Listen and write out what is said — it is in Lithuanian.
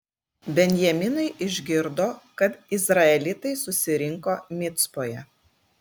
benjaminai išgirdo kad izraelitai susirinko micpoje